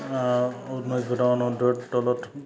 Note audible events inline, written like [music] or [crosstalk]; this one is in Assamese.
ঊনৈছ [unintelligible] তলত